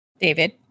David